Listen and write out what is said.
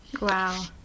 Wow